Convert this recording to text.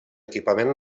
equipament